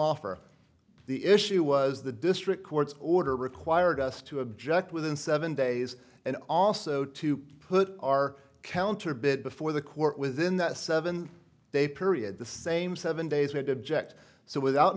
offer the issue was the district court's order required us to object within seven days and also to put our counter bit before the court within that seven day period the same seven days we had object so without